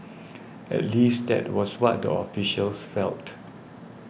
at least that was what the officials felt